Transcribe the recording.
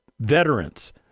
veterans